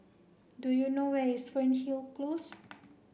do you know where is Fernhill Close